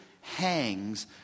hangs